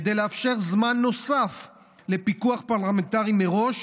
כדי לאפשר זמן נוסף לפיקוח פרלמנטרי מראש